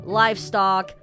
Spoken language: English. livestock